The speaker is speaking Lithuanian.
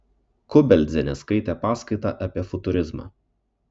kubeldzienė skaitė paskaitą apie futurizmą